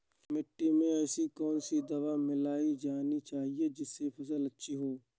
मिट्टी में ऐसी कौन सी दवा मिलाई जानी चाहिए जिससे फसल अच्छी हो?